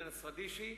יהודה נסרדישי,